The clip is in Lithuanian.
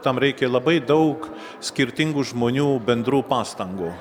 tam reikia labai daug skirtingų žmonių bendrų pastangų